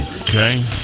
Okay